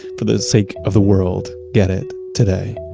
for the sake of the world, get it today